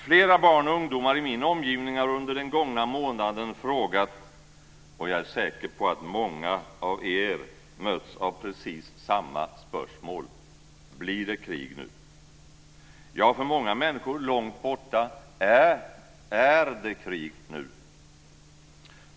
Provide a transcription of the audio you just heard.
Flera barn och ungdomar i min omgivning har under den gångna månaden frågat - och jag är säker på att många av er möts av precis samma spörsmål: Blir det krig nu? Ja, för många människor långt borta är det krig nu.